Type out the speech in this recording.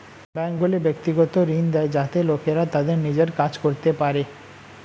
ব্যাঙ্কগুলি ব্যক্তিগত ঋণ দেয় যাতে লোকেরা তাদের নিজের কাজ করতে পারে